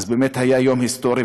באמת היה יום היסטורי,